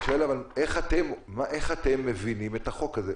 אני שואל איך אתם מבינים את החוק הזה.